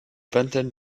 vingtaine